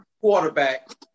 quarterback